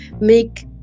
make